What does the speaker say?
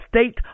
state